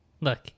Look